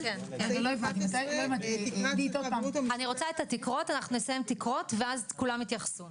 אני לא יודע לפרסם את מה שמכבי עושים מול בית